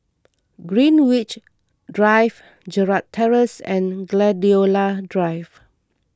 Greenwich Drive Gerald Terrace and Gladiola Drive